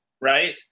right